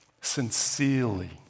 sincerely